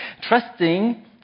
Trusting